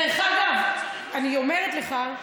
דרך אגב,